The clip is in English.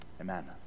Amen